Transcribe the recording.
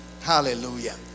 Hallelujah